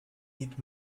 eat